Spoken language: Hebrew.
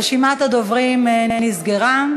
רשימת הדוברים נסגרה.